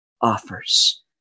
offers